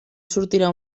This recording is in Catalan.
sortirà